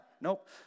Nope